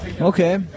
Okay